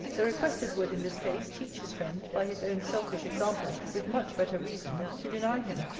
the requested would, in this case, teach his friend, by his own selfish example, with much better reason, to deny him,